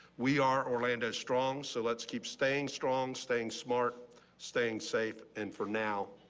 we are orlando. strong so let's keep staying strong staying smart staying safe and for now,